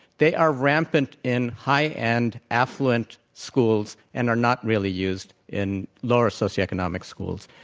they are rampant in high end, affluent schools and are not really used in lower socioeconomic schools.